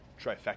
Trifecta